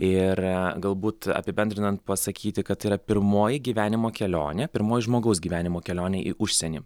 ir galbūt apibendrinant pasakyti kad tai yra pirmoji gyvenimo kelionė pirmoji žmogaus gyvenimo kelionė į užsieny